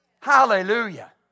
Hallelujah